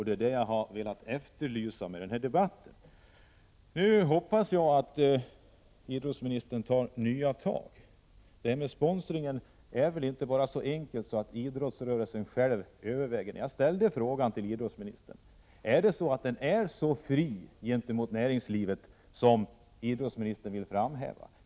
Det är det som jag har efterlyst i denna debatt. Nu hoppas jag att idrottsministern tar nya tag. Sponsringsfrågan är väl ändå inte så enkel att idrotten själv kan fundera över saken. Jag ställde frågan till idrottsministern: Är idrottsrörelsen så fri gentemot näringslivet som idrottsministern vill framhålla?